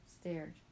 stared